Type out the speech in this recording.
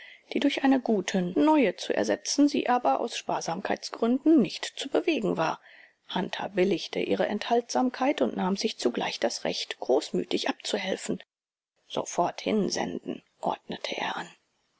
die durch eine gute neue zu ersetzen sie aber aus sparsamkeitsgründen nicht zu bewegen war hunter billigte ihre enthaltsamkeit und nahm sich zugleich das recht großmütig abzuhelfen sofort hinsenden ordnete er an